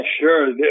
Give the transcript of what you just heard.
sure